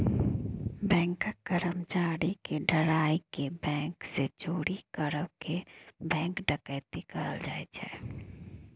बैंकक कर्मचारी केँ डराए केँ बैंक सँ चोरी करब केँ बैंक डकैती कहल जाइ छै